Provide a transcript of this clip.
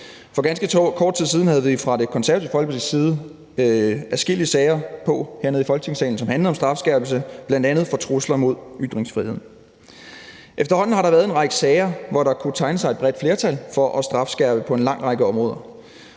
For ganske kort tid siden havde vi fra Det Konservative Folkepartis side adskillige sager på dagsordenen hernede i Folketingssalen, som handlede om strafskærpelse, bl.a. i forhold til trusler mod ytringsfriheden. Efterhånden har der været en række sager, hvor der kunne tegne sig et bredt flertal for at strafskærpe på en lang række områder.